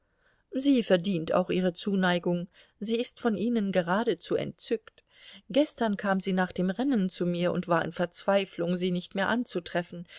sie verdient auch ihre zuneigung sie ist von ihnen geradezu entzückt gestern kam sie nach dem rennen zu mir und war in verzweiflung sie nicht mehr anzutreffen